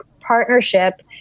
partnership